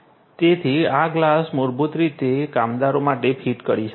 તેથી આ ગ્લાસ મૂળભૂત રીતે વિવિધ કામદારો માટે ફીટ કરી શકાય છે